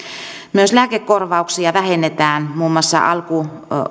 myös lääkekorvauksia vähennetään muun muassa